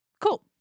Cool